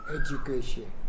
Education